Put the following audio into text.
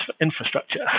infrastructure